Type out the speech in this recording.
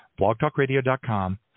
Blogtalkradio.com